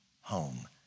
home